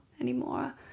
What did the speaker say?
anymore